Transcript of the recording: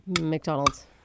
McDonald's